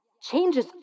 changes